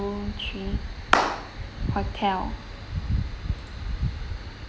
three hotel